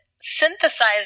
synthesize